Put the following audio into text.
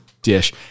Dish